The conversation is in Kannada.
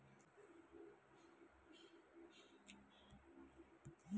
ಬಲಿತ ಕುರಿಮರಿಗಳನ್ನು ಮಾಂಸದಂಗಡಿಯವರು ಮಾಂಸಕ್ಕಾಗಿ ಕಡಿತರೆ